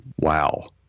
Wow